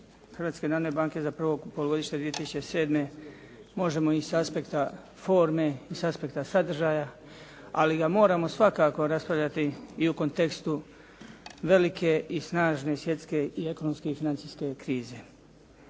Hrvatske narodne banke za prvo polugodište 2007. možemo i sa aspekta forme i sa aspekta sadržaja, ali ga moramo svakako raspravljati i u kontekstu velike i snažne svjetske i ekonomske i financijske krize.